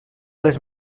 les